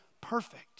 perfect